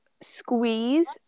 squeeze